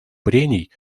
прений